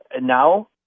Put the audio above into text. now